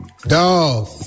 Dog